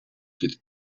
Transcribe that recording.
with